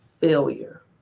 failure